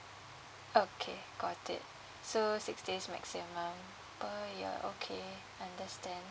okay got it so six days maximum per year okay understand